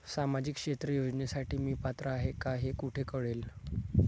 सामाजिक क्षेत्र योजनेसाठी मी पात्र आहे का हे कुठे कळेल?